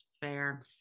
Fair